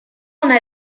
una